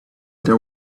there